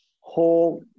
whole